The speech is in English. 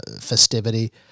festivity